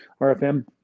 RFM